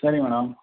சரிங்க மேடம்